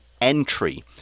entry